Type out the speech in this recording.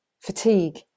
fatigue